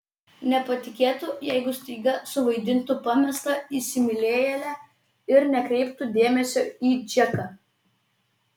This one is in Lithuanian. nepatikėtų jeigu staiga suvaidintų pamestą įsimylėjėlę ir nekreiptų dėmesio į džeką